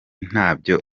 ntabyo